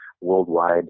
worldwide